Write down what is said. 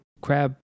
crab